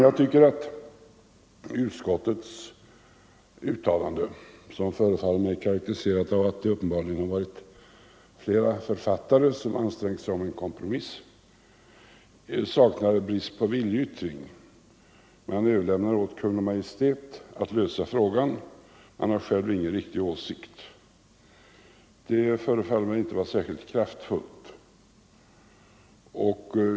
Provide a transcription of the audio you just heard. Jag tycker att utskottets uttalande, som förefaller mig karakteriseras av att det varit flera författare som ansträngt sig att åstadkomma en kompromiss, saknar brist på viljeyttring. Man överlämnar åt Kungl. Maj:t att lösa frågan; man har själv ingen riktig åsikt. Det förefaller mig inte vara särskilt kraftfullt.